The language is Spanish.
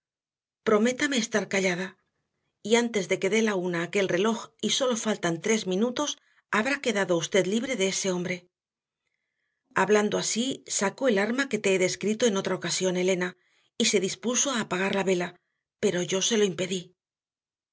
prométame estar callada y antes de que dé la una aquel reloj y sólo faltan tres minutos habrá quedado usted libre de ese hombre hablando así sacó el arma que te he descrito en otra ocasión elena y se dispuso a apagar la vela pero yo se lo impedí